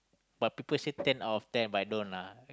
but people say ten out of ten but I don't lah